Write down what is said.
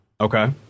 Okay